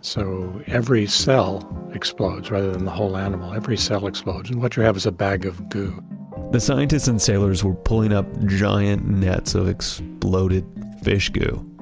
so every cell explodes rather than the whole animal. every cell explodes, and what you have is a bag of goo the scientists and sailors were pulling up giant nets of exploded fish goo.